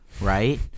Right